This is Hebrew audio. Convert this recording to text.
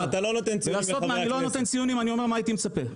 אתה לא נותן ציונים לחברי הכנסת.